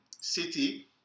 City